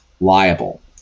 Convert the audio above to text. liable